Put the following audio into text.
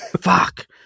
Fuck